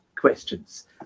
questions